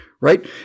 Right